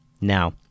Now